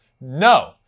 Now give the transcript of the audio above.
No